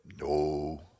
No